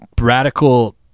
radical